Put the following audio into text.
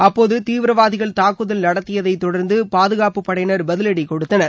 அப்போது தீவிரவாதிகள் தாக்குதல் நடத்தியதை தொடர்ந்து பாதுகாப்பு படையினர் பதிலடி கொடுத்தனர்